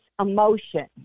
emotion